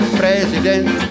president